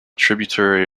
tributary